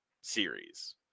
series